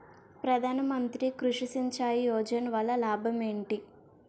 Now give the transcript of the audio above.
ప్రధాన మంత్రి కృషి సించాయి యోజన వల్ల లాభం ఏంటి?